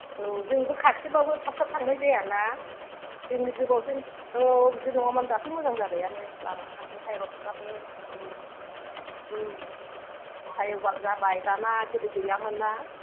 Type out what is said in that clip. औ जोंबो खाथिबाबो थाब थाब थांनाय जाया ना जोंनो गोबाव जों औ बिदि नङामोन दाथ' मोजां जाबायआनो लामाफ्राबो हाइरडफ्राबो औ उम फ्लाय अभार जाबाय दाना गोदो गैयामोन ना